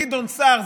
גדעון סער,